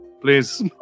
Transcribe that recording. Please